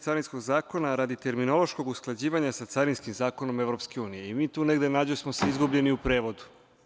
Carinskog zakona radi terminološkog usklađivanja sa carinskim zakonom EU i mi se tu negde nađosmo izgubljeni u prevodu.